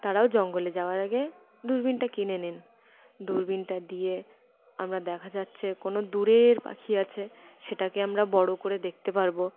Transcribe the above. তারাও জঙ্গলে যাওয়ার আগে দূরবীনটা কিনে নিন দূরবীনটা দিয়ে আমরা দেখা যাচ্ছে কোনো দূরের পাখি আছে সেটাকে আমরা বড় করে দেখতে পারব